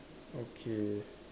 okay